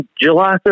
July